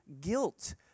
guilt